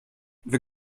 wir